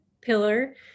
pillar